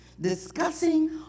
discussing